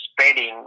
spreading